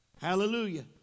Hallelujah